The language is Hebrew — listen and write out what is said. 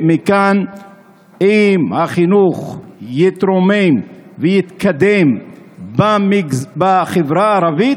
אם החינוך יתרומם ויתקדם בחברה הערבית,